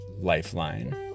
lifeline